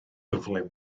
gyflym